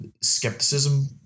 skepticism